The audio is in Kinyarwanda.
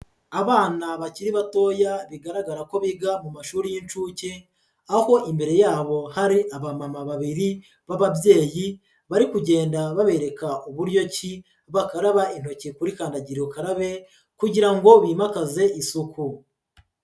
Abana bakiri batoya bigaragara ko biga mu mashuri y'inshuke, aho imbere yabo hari abamama babiri b'ababyeyi, bari kugenda babereka uburyo ki bakaraba intoki kuri kandagira ukarabe kugira ngo bimakaze isuku.